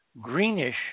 greenish